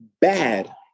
bad